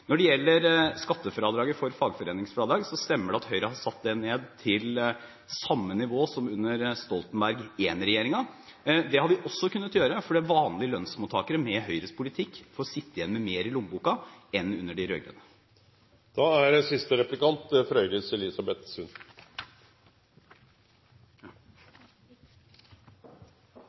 Når det gjelder skattefradraget for fagforeningsfradrag, stemmer det at Høyre har satt det ned til samme nivå som under Stoltenberg I-regjeringen. Det har vi også kunnet gjøre fordi vanlige lønnsmottakere med Høyres politikk får sitte igjen med mer i lommeboken enn under de rød-grønne. Høyre har de siste dagene hatt en retorikk om at arbeidslivet er